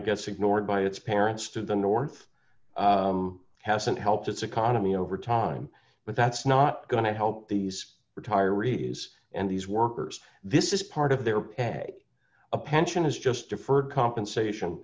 of gets ignored by its parents to the north hasn't helped its economy over time but that's not going to help these retirees and these workers this is part of their pay a pension is just deferred compensation